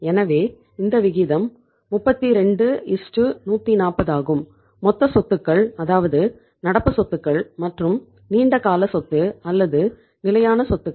எனவே இந்த விகிதம் 32140 ஆகும் மொத்த சொத்துக்கள் அதாவது நடப்பு சொத்துக்கள் மற்றும் நீண்ட கால சொத்து அல்லது நிலையான சொத்துக்கள்